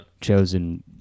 Chosen